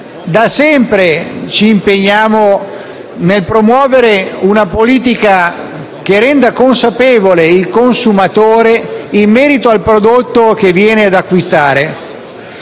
da sempre ci impegniamo nel promuovere una politica che renda consapevole il consumatore in merito al prodotto da acquistare.